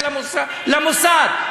ללכת מהבית למוסד.